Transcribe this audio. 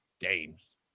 games